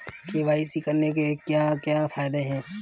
KYC करने के क्या क्या फायदे हैं?